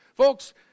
Folks